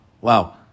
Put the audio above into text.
Wow